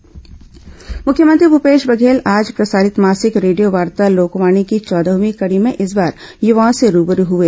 लोकवाणी मुख्यमंत्री भूपेश बघेल आज प्रसारित मासिक रेडियोवार्ता लोकवाणी की चौदहवीं कड़ी में इस बार यूवाओं से रूबरू हुए